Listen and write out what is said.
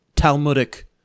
Talmudic